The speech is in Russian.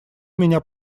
меня